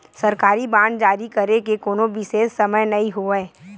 सरकारी बांड जारी करे के कोनो बिसेस समय नइ होवय